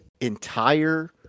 entire